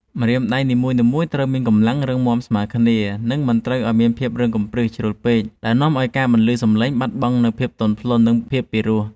ម្រាមដៃនីមួយៗត្រូវមានកម្លាំងរឹងមាំស្មើគ្នា និងមិនត្រូវឱ្យមានភាពរឹងកំព្រឹសជ្រុលពេកដែលនាំឱ្យការបន្លឺសម្លេងបាត់បង់នូវភាពទន់ភ្លន់ និងភាពពីរោះ។